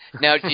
Now